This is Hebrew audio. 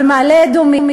במעלה-אדומים,